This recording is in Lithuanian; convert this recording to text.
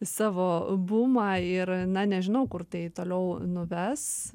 savo bumą ir na nežinau kur tai toliau nuves